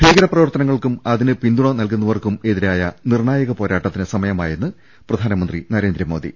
ഭീകര പ്രവർത്തനങ്ങൾക്കും അതിന് പിന്തുണ നൽകുന്നവർക്കുമെ തിരായ നിർണായക പോരാട്ടത്തിന് സമയമായെന്ന് പ്രധാനമന്ത്രി നരേ ന്ദ്രമോദി